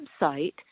website